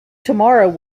tomorrow